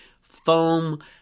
foam